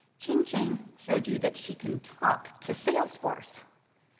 ching ching showed you that she can talk to salesforce.